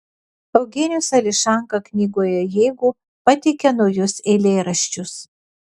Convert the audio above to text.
eugenijus ališanka knygoje jeigu pateikia naujus eilėraščius